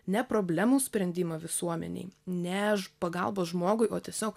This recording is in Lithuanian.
ne problemų sprendimą visuomenėj ne pagalbos žmogui o tiesiog